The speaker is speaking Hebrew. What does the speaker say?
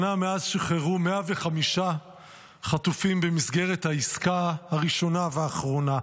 שנה מאז שחררו 105 חטופים במסגרת העסקה הראשונה והאחרונה.